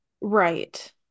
right